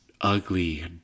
ugly